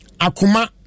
Akuma